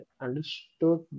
understood